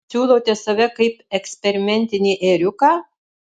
siūlote save kaip eksperimentinį ėriuką